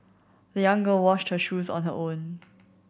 the young girl washed her shoes on her own